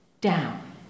Down